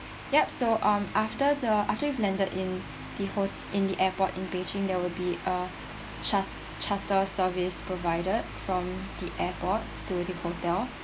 ya so um after the after you have landed in the hol~ in the airport in beijing there would be a charter service provided from the airport to the hotel